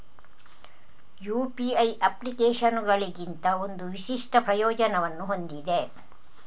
UPI ಅಪ್ಲಿಕೇಶನುಗಳಿಗಿಂತ ಒಂದು ವಿಶಿಷ್ಟ ಪ್ರಯೋಜನವನ್ನು ಹೊಂದಿದೆ